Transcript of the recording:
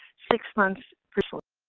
six months previously.